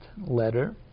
letter